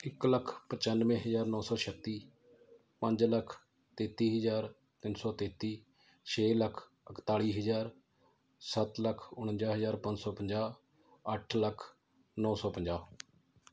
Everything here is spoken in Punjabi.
ਇੱਕ ਲੱਖ ਪਚਾਨਵੇਂ ਹਜ਼ਾਰ ਨੌ ਸੌ ਛੱਤੀ ਪੰਜ ਲੱਖ ਤੇਤੀ ਹਜ਼ਾਰ ਤਿੰਨ ਸੌ ਤੇਤੀ ਛੇ ਲੱਖ ਇਕਤਾਲੀ ਹਜ਼ਾਰ ਸੱਤ ਲੱਖ ਉਣੰਜਾ ਹਜ਼ਾਰ ਪੰਜ ਸੌ ਪੰਜਾਹ ਅੱਠ ਲੱਖ ਨੌ ਸੌ ਪੰਜਾਹ